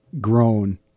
grown